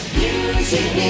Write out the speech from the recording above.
music